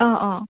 অঁ অঁ